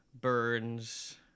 burns